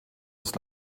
des